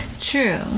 True